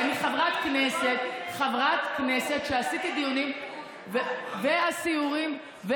את מדברת על שרים קודמים, הבנתי.